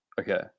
okay